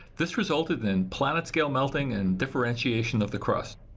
this resulted in planet-scale melting and differentiation of the crust.